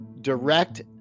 direct